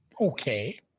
Okay